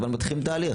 אבל מתחילים תהליך,